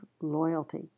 loyalty